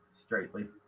Straightly